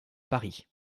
paris